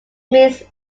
means